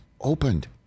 opened